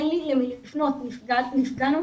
אין לי למי לפנות, נפגעת או נפגעת?